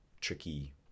tricky